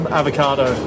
avocado